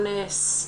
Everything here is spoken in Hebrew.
אונס,